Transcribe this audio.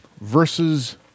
versus